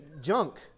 junk